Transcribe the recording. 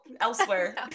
elsewhere